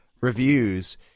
reviews